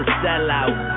sellout